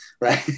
right